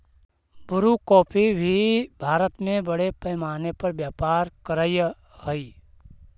Bru coffee भी भारत में बड़े पैमाने पर व्यापार करअ हई